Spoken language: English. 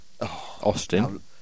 Austin